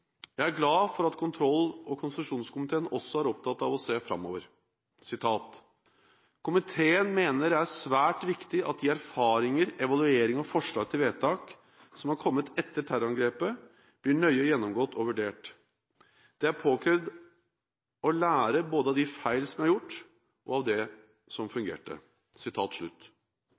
Jeg er glad for at kontroll- og konstitusjonskomiteen også er opptatt av å se framover: «Komiteen mener det er svært viktig at de erfaringer, evalueringer og forslag til tiltak som er kommet etter terrorangrepet, blir nøye gjennomgått og vurdert. Det er påkrevd å lære både av de feil som ble gjort og av det som fungerte.»